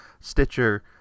Stitcher